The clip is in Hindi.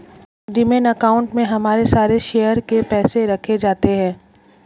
डिमैट अकाउंट में हमारे सारे शेयर के पैसे रखे जाते हैं